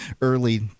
early